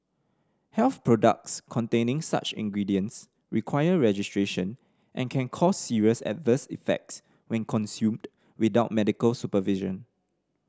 health products containing such ingredients require registration and can cause serious adverse effects when consumed without medical supervision